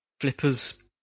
Flippers